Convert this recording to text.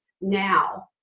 now